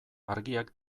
argiak